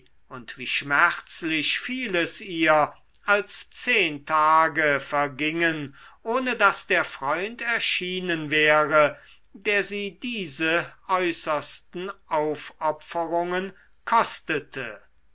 und wie schmerzlich fiel es ihr als zehn tage vergingen ohne daß der freund erschienen wäre der sie diese äußersten aufopferungen kostete